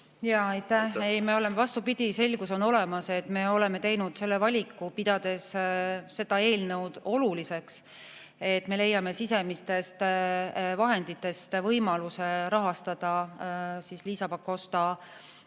Aitäh! Vastupidi, selgus on olemas. Me oleme teinud selle valiku, pidades seda eelnõu oluliseks. Me leiame sisemistest vahenditest võimaluse rahastada Liisa Pakosta